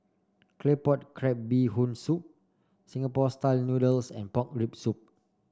Claypot Crab Bee Hoon Soup Singapore style noodles and Pork Rib Soup